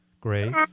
Grace